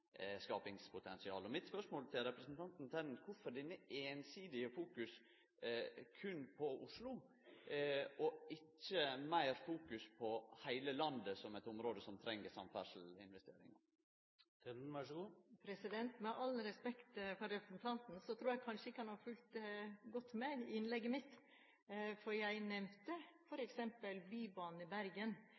Mitt spørsmål til representanten Tenden: Kvifor dette einsidige fokus berre på Oslo og ikkje meir fokus på heile landet som eit område som treng investeringar i samferdsel? Med all respekt for representanten så tror jeg kanskje ikke han har fulgt godt med i innlegget mitt, for jeg nevnte f.eks. Bybanen i Bergen.